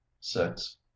six